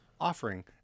offering